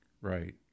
right